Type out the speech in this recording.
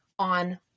on